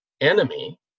enemy